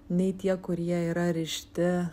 nei tie kurie yra rišti